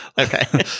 Okay